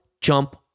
jump